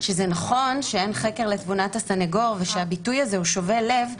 שזה נכון שאין חקר לתבונת הסנגור ושהביטוי הזה הוא שובה לב,